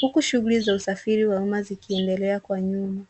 huku shughuli za usafiri wa umma zikiendelea kwa nyuma.